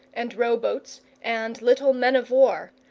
and row-boats, and little men-of-war.